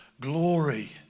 glory